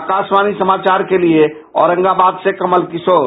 आकाशवाणी समाचार के लिए औरंगाबाद से कमल किशोर